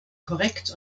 korrekt